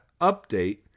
update